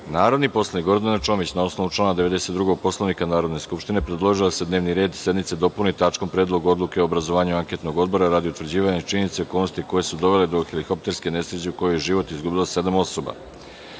predlog. Narodni poslanik, Gordana Čomić, na ovnovu člana 92. Poslovnika Narodne skupštine, predložila je da se dnevni red sednice dopuni tačkom - Predlog odluke o obrazovanju anketnog odbora, radi utvrđivanja činjenice i okolnosti koje su dovele do helikopterske nesreće u kojoj je život izgubilo sedam osoba,